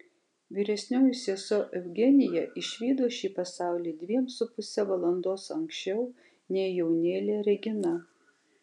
vyresnioji sesuo eugenija išvydo šį pasaulį dviem su puse valandos anksčiau nei jaunėlė regina